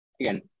again